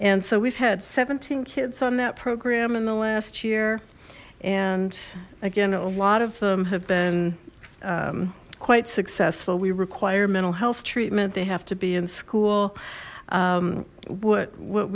and so we've had seventeen kids on that program in the last year and again a lot of them have been quite successful we require mental health treatment they have to be in school what what